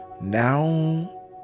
now